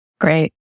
Great